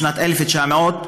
משנת 1989,